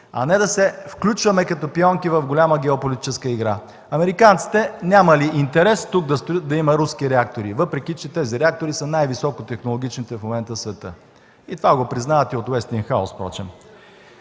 А не да се включваме като пионки в голяма геополитическа игра. Американците нямали интерес тук да има руски реактори, въпреки че тези реактори са най-високо технологичните в момента в света. Това го признават и от „Уестингхаус” впрочем.